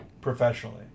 Professionally